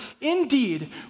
indeed